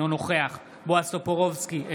אינו נוכח בועז טופורובסקי,